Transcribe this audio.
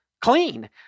clean